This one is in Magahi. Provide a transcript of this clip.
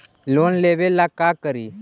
लोन लेबे ला का करि?